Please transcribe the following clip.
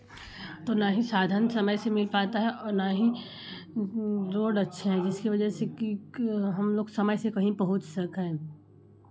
तो ना ही साधन समय पे मिल पता है और ना ही रोड अच्छे हैं जिसकी वजह से हम लोग समय से कहीं पहुँच सकें